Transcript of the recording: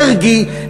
מרגי,